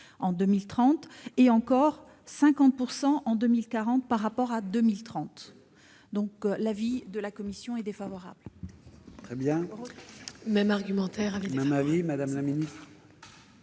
en 2030, et encore de 50 % en 2040 par rapport à 2030. L'avis de la commission est donc défavorable.